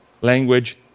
language